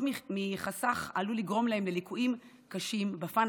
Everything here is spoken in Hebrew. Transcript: מחסך העלול לגרום להן לליקויים קשים בפן